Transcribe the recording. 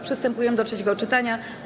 Przystępujemy do trzeciego czytania.